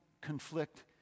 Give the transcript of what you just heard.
conflict